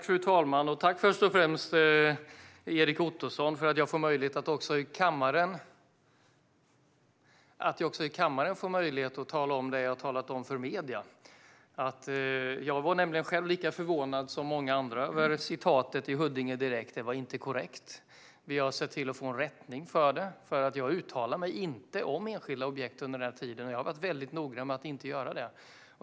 Fru talman! Jag tackar Erik Ottoson för att jag också i kammaren får möjlighet att tala om det jag har talat om för medierna, nämligen att jag själv var lika förvånad som många andra över citatet i Huddinge Direkt, som inte var korrekt. Vi har sett till att få en rättning. Jag uttalar mig inte om enskilda objekt under den här tiden. Jag har varit väldigt noga med att inte göra det.